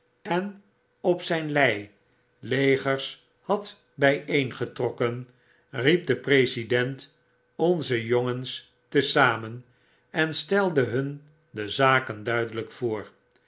en op zijn lei legers had bijeengetrokken riep de president onze jongens te zamen en stelde hun de zaken duidelijk voor